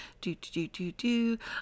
Do-do-do-do-do